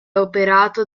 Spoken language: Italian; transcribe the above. operato